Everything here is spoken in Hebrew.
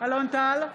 אלון טל,